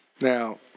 Now